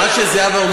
מה שזהבה אומרת,